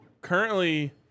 currently